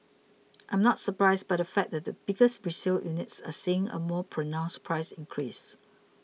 I am not surprised by the fact that bigger resale units are seeing a more pronounced price increase